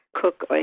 cook